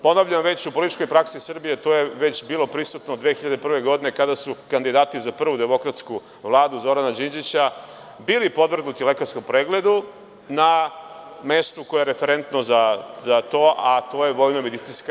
Ponavljam, u političkoj praksi Srbije to je već bilo prisutno 2001. godine kada su kandidati za prvu demokratsku Vladu Zorana Đinđića bili podvrgnuti lekarskom pregledu na mestu koje je referentno za to, a to je VMA.